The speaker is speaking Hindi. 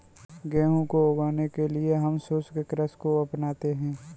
गेहूं को उगाने के लिए हम शुष्क कृषि को अपनाते हैं